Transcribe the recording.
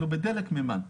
דלק מימן.